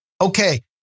Okay